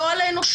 לא על האנושות,